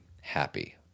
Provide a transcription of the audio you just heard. happy